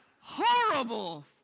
Horrible